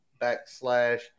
backslash